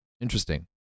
Interesting